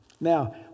Now